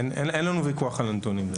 אין לנו ויכוח על הנתונים.